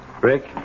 Rick